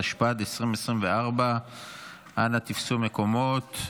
התשפ"ד 2024. אנא תפסו מקומות.